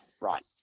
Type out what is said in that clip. right